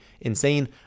insane